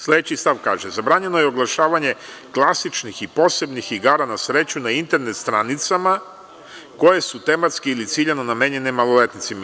Sledeći stav kaže – zabranjeno je oglašavanje klasičnih i posebnih igara na sreću na internet stranicama koje su tematski ili ciljano namenjene maloletnicima.